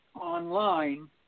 online